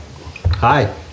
Hi